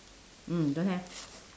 mm don't have